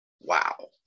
Wow